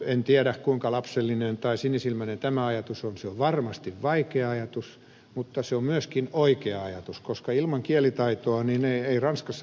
en tiedä kuinka lapsellinen tai sinisilmäinen tämä ajatus on se on varmasti vaikea ajatus mutta se on myöskin oikea ajatus koska ilman kielitaitoa ei ranskassakaan pärjää